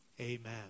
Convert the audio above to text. amen